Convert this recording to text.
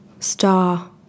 Star